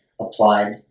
applied